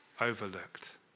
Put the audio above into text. overlooked